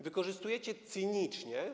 Wykorzystujecie cynicznie.